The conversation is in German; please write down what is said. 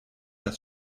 das